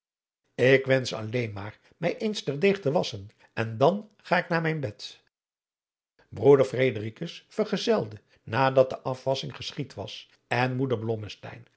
ik wensch alleen maar mij eens ter deeg te wasschen en dan ga ik naar mijn bed broeder fredericus vergezelde nadat de afwassching geschied was en moeder